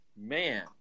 man